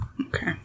Okay